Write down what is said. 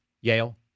Yale